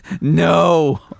No